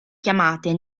chiamate